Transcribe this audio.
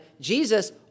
Jesus